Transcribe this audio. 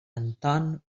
anton